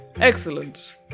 Excellent